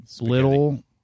little